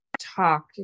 talk